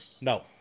No